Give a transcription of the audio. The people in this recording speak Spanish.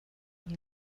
los